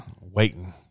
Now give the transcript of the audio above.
Waiting